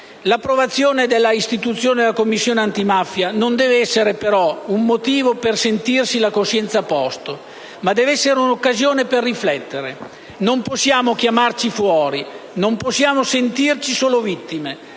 dell'istituzione della Commissione antimafia non deve essere un motivo per sentirsi con la coscienza a posto, ma deve essere un'occasione per riflettere. Non possiamo chiamarci fuori. Non possiamo sentirci solo vittime.